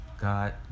God